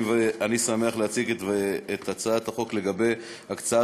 אני שמח להציג את הצעת החוק לגבי הקצאת